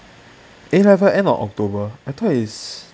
a level end of october I thought is